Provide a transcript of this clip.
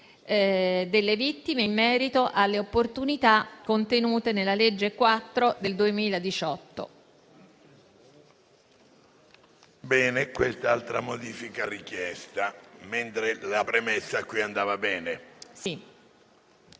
delle vittime in merito alle opportunità contenute nella legge n. 4 del 2018».